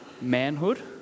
manhood